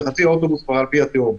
וחצי מהאוטובוס כבר על פי התהום.